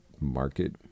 market